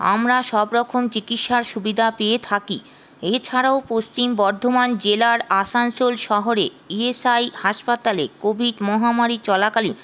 আমরা সবরকম চিকিৎসার সুবিধা পেয়ে থাকি এছাড়াও পশ্চিম বর্ধমান জেলার আসানসোল শহরে ইএসআই হাসপাতালে কোভিড মহামারী চলাকালীন